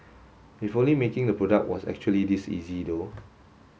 if only making the product was actually this easy though